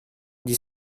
dit